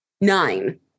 Nine